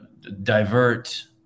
divert